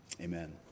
Amen